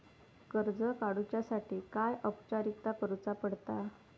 कर्ज काडुच्यासाठी काय औपचारिकता करुचा पडता?